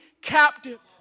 captive